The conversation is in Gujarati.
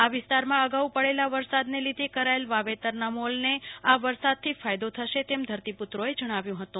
આ વિસ્તારોમાં અગાઉ પડેલા વરસાદને લીધે કરાયેલ વાવેતરના મોલને આ વરસાદથી ફાયદો થશે તેમ ધરતી પુત્રોએ જણાવ્યું હતું